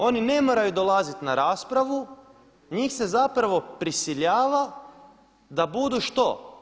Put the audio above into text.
Oni ne moraju dolaziti na raspravu, njih se zapravo prisiljava da budu, što?